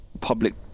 public